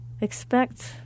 Expect